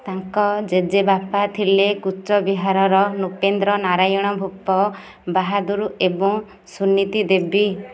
ତାଙ୍କ ଜେଜେବାପା ଥିଲେ କୁଚ ବିହାରର ନୃପେନ୍ଦ୍ର ନାରାୟଣ ଭୂପ ବାହାଦୁର ଏବଂ ସୁନୀତି ଦେବୀ